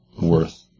worth